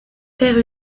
père